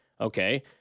Okay